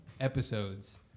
episodes